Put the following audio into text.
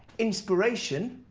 inspiration.